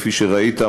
כפי שראית,